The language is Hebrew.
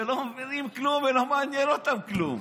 שלא מבינים כלום ולא מעניין אותם כלום,